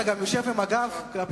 אתה גם יושב עם הגב לדוכן.